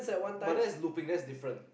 but that's looping that's different